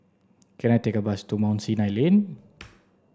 can I take a bus to Mount Sinai Lane